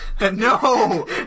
No